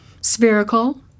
spherical